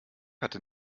hatte